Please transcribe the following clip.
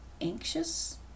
anxious